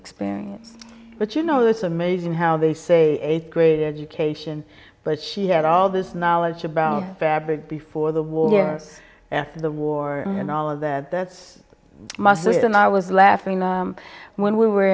experience but you know it's amazing how they say eighth grade education but she had all this knowledge about fabric before the war and the war and all of that that's muscle it and i was laughing when we were